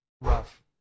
rough